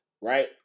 right